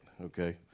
Okay